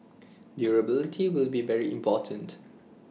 durability will be very important